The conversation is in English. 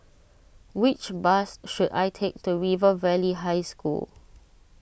which bus should I take to River Valley High School